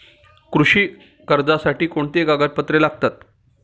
कृषी कर्जासाठी कोणती कागदपत्रे लागतात?